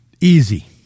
Easy